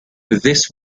this